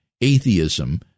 atheism